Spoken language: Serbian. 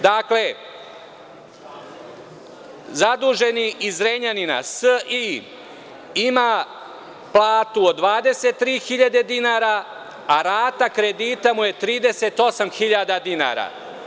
Dakle, zaduženi iz Zrenjanina S.I. ima platu od 23.000 dinara, a rata kredita mu je 38.000 dinara.